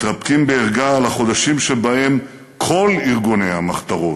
מתרפקים בערגה על החודשים שבהם כל ארגוני המחתרות,